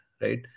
right